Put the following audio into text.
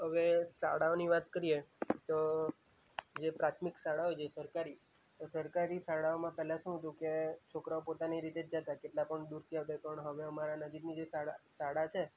શાળાઓની વાત કરીએ તો જે પ્રાથમિક શાળા હોય છે સરકારી સરકારી શાળાઓમાં પહેલાં શું હતું કે છોકરાંઓ પોતાની રીતે જ જતાં કેટલા પણ દૂરથી આવતા પણ હવે અમારા નજીકની જે શાળા શાળા છે